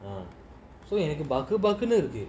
ah so எனக்குபக்குபக்குனுஇருக்கு:enaku bakkubakkunu iruku okay